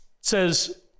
says